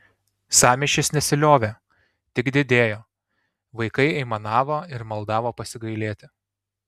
sąmyšis nesiliovė tik didėjo vaikai aimanavo ir maldavo pasigailėti